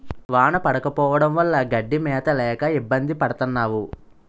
వాన పడకపోవడం వల్ల గడ్డి మేత లేక ఇబ్బంది పడతన్నావు